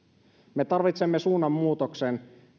me tarvitsemme suunnanmuutoksen